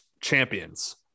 champions